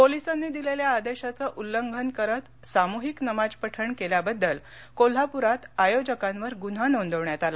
पोलिसांनी दिलेल्या आदेशांचे उल्लंघन करत सामुहीक नमाज पठण केल्याबद्दल कोल्हापूरात आयोजकांवर गुन्हा नोंदवण्यात आला